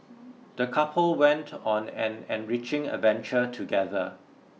the couple went on an enriching adventure together